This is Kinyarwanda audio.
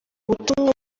ubutumwa